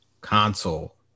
console